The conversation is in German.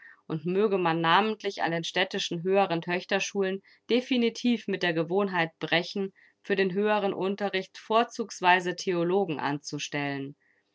und möge man namentlich an den städtischen höheren töchterschulen definitiv mit der gewohnheit brechen für den höheren unterricht vorzugsweise theologen anzustellen